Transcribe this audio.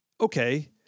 okay